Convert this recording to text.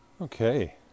Okay